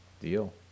Deal